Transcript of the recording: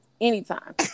anytime